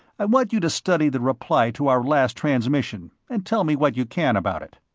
i want you to study the reply to our last transmission, and tell me what you can about it.